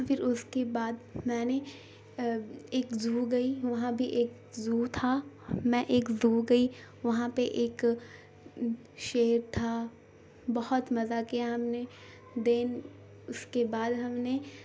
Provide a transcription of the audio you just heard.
پھر اس کے بعد میں نے ایک ز گئی وہاں بھی ایک زو تھا میں ایک زو گئی وہاں پہ ایک شعیر تھا بہت مزہ کیا ہم نے دین اس کے بعد ہم نے